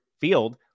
field